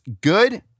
good